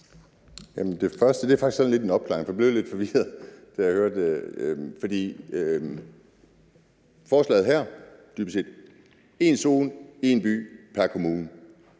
Det første er faktisk sådan lidt en opklaring, for jeg blev lidt forvirret af det, jeg hørte, fordi forslaget her dybest set er én zone og én by pr. kommune.